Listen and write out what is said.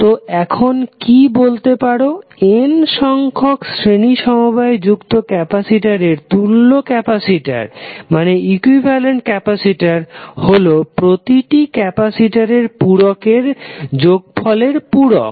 তো এখন কি বলতে পারো n সংখ্যক শ্রেণী সমবায়ে যুক্ত ক্যাপাসিটরের তুল্য ক্যাপাসিটর হলো প্রতিটি ক্যাপাসিটেন্সের পুরকের যোগফলের পুরক